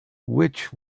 which